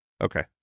Okay